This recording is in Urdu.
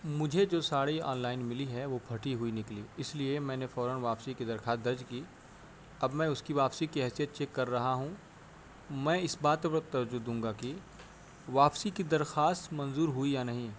مجھے جو ساڑی آن لائن ملی ہے وہ پھٹی ہوئی نکلی اس لیے میں نے فوراً واپسی کی درخواست درج کی اب میں اس کی واپسی کی حیثیت چیک کر رہا ہوں میں اس بات پر ترجہ دوں گا کہ واپسی کی درخواست منظور ہوئی یا نہیں